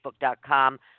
facebook.com